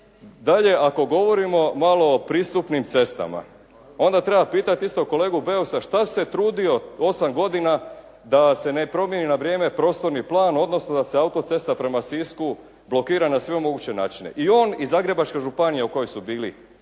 Dalje, ako govorimo malo o pristupnim cestama, onda treba pitati isto kolegu Beusa što se trudio 8 godina da se ne promijeni na vrijeme prostorni plan, odnosno da se autocesta prema Sisku blokira na sve moguće načine. I on i Zagrebačka županija u kojoj su bili,